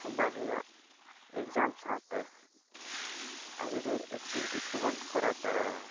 ᱥᱚᱢᱵᱟᱨ ᱦᱤᱞᱳᱜ ᱮᱠᱡᱟᱢ ᱥᱟᱶᱛᱮ ᱟᱹᱰᱤ ᱰᱷᱮᱨ ᱮᱠᱴᱤᱵᱷᱤᱴᱤᱡᱽ ᱠᱚᱵᱚᱱ ᱠᱚᱨᱟᱣᱛᱟᱲᱟ